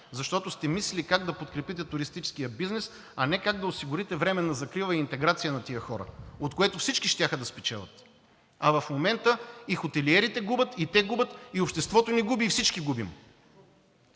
защото сте мислили как да подкрепите туристическия бизнес, а не как да осигурите временна закрила и интеграция на тези хора, от което всички щяха да спечелят. А в момента и хотелиерите губят, и те губят, и обществото ни губи, и всички губим.